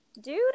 Dude